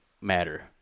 matter